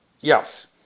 Yes